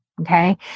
okay